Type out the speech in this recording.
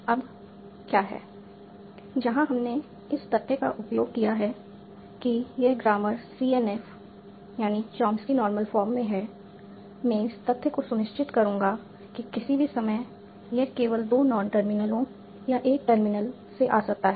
अब क्या है जहां हमने इस तथ्य का उपयोग किया है कि यह grammar CNF Chomsky normal form में है मैं इस तथ्य को सुनिश्चित करूंगा कि किसी भी समय यह केवल दो नॉन टर्मिनलों या एक टर्मिनल से आ सकता है